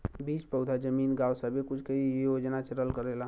बीज पउधा जमीन गाव सब्बे कुछ के योजना चलल करेला